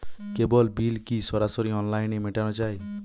কেবল bill কি সরাসরি অনলাইনে মেটানো য়ায়?